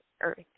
Earth